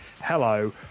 hello